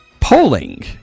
Polling